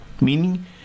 Meaning